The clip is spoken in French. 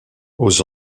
aux